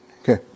Okay